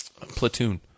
Platoon